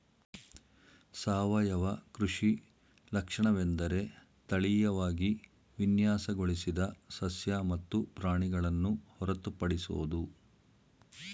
ಸಾವಯವ ಕೃಷಿ ಲಕ್ಷಣವೆಂದರೆ ತಳೀಯವಾಗಿ ವಿನ್ಯಾಸಗೊಳಿಸಿದ ಸಸ್ಯ ಮತ್ತು ಪ್ರಾಣಿಗಳನ್ನು ಹೊರತುಪಡಿಸೋದು